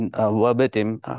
verbatim